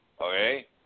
Okay